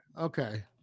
okay